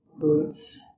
roots